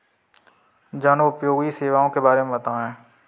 जनोपयोगी सेवाओं के बारे में बताएँ?